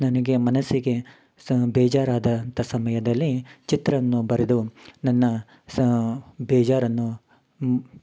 ನನಗೆ ಮನಸ್ಸಿಗೆ ಸ ಬೇಜಾರಾದ ಅಂಥ ಸಮಯದಲ್ಲಿ ಚಿತ್ರನ್ನು ಬರೆದು ನನ್ನ ಸಾ ಬೇಜಾರನ್ನು